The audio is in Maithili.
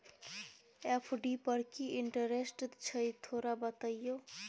एफ.डी पर की इंटेरेस्ट छय थोरा बतईयो?